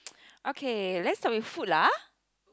okay let's stop with food lah